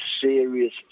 serious